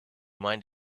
mind